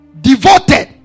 devoted